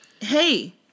Hey